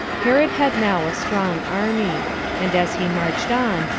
herod had now a strong army and as he marched on,